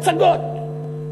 מצגות,